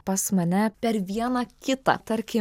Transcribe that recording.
pas mane per vieną kitą tarki